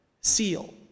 seal